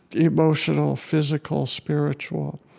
emotional, physical, spiritual,